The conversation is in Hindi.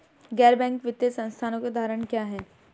गैर बैंक वित्तीय संस्थानों के उदाहरण क्या हैं?